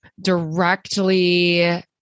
directly